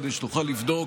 כדי שנוכל לבדוק,